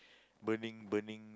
burning burning